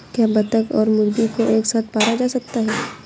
क्या बत्तख और मुर्गी को एक साथ पाला जा सकता है?